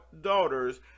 daughters